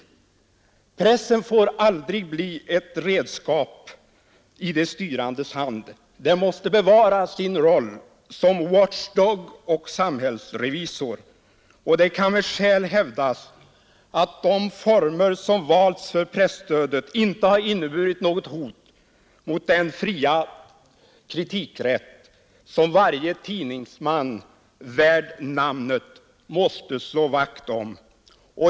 Pressen får aldrig bli ett redskap i de styrandes hand. Den måste bevara sin roll som watchdog och samhällsrevisor. Det kan med skäl hävdas att de former som valts för presstödet inte inneburit något hot mot den fria kritikrätt som varje tidningsman värd namnet måste slå vakt om.